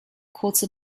kurze